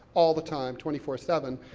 all the time, twenty four seven.